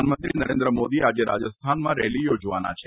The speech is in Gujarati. પ્રધાનમંત્રી નરેન્દ્ર મોદી આજે રાજસ્થાનમાં રેલી યોજવાના છે